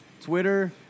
Twitter